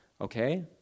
okay